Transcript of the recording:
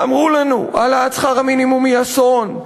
אמרו לנו: העלאת שכר המינימום היא אסון,